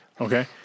Okay